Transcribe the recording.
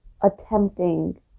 attempting